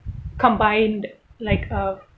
combined like uh